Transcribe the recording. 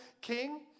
king